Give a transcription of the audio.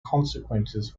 consequences